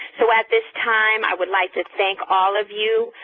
so at this time i would like to thank all of you,